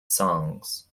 songs